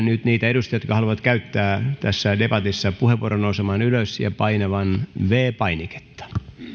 nyt niitä edustajia jotka haluavat käyttää tässä debatissa puheenvuoron nousemaan ylös ja painamaan viides painiketta